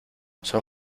son